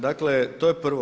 Dakle, to je prvo.